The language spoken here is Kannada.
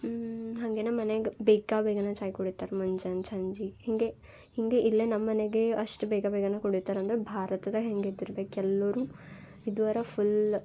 ಹಾಗೆ ನಮ್ಮ ಮನೆಗೆ ಬೇಗ ಬೇಗನೆ ಚಾಯ್ ಕುಡಿತಾರೆ ಮುಂಜಾನೆ ಸಂಜಿಗೆ ಹೀಗೆ ಹೀಗೆ ಇಲ್ಲೆ ನಮ್ಮ ಮನೆಗೇ ಅಷ್ಟು ಬೇಗ ಬೇಗನೆ ಕುಡಿತಾರಂದ್ರೆ ಭಾರತದಾಗೆ ಹೆಂಗಿದ್ದರ್ಬೇಕು ಎಲ್ಲರು ಇದ್ದುವರ ಫುಲ್ಲ